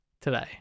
today